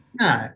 No